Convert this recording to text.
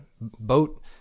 boat